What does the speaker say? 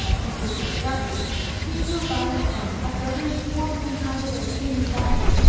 mr. jarjarees, came to a violent end, after a very sporting encounter with a king's daughter,